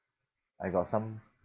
I got some